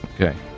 Okay